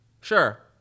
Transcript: Sure